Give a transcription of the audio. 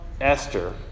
Esther